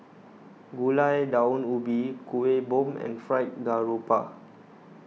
Gulai Daun Ubi Kueh Bom and Fried Garoupa